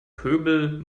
pöbel